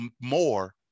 more